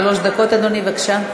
בבקשה.